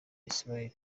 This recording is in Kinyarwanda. israel